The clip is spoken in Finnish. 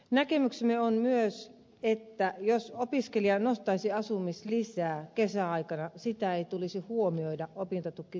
näkemyksemme on myös että jos opiskelija nostaisi asumislisää kesäaikana sitä ei tulisi huomioida opintotukikuukautena